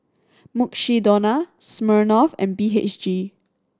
Mukshidonna Smirnoff and B H G